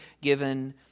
given